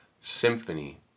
symphony